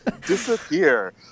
disappear